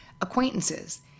acquaintances